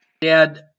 Dad